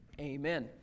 Amen